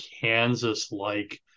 Kansas-like